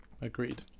agreed